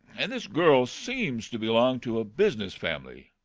and this girl seems to belong to a business family.